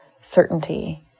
certainty